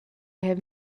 have